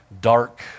dark